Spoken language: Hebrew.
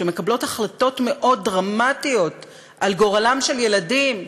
שמקבלות החלטות מאוד דרמטיות על גורלם של ילדים,